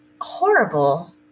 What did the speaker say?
horrible